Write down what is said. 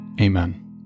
Amen